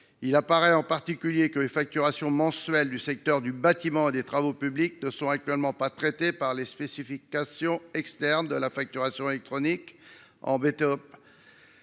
il apparaît que les facturations mensuelles du secteur du bâtiment et travaux publics (BTP) ne sont pas traitées par les spécifications externes de la facturation électronique en B to